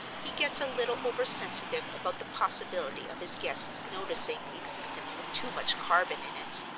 he gets a little over-sensitive about the possibility of his guests noticing the existence of too much carbon in it.